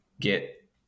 get